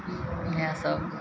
इहए सभ